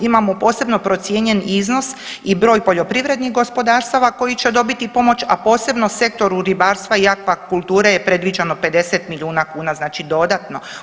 Imamo posebno procijenjen iznos i broj poljoprivrednih gospodarstava koji će dobiti pomoć, a posebno sektoru ribarstva i akvakulture je predviđeno 50 milijuna kuna, znači dodatno.